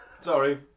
Sorry